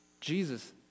Jesus